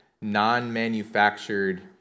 non-manufactured